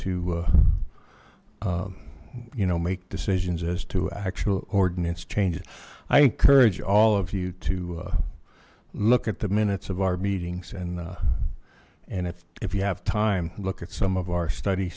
to you know make decisions as to actual ordinance changes i encourage all of you to look at the minutes of our meetings and and if you have time look at some of our study